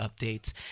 updates